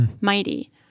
mighty